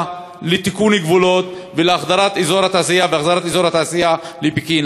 לתיקון גבולות ולהחזרת אזור התעשייה לפקיעין.